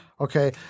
Okay